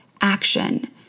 action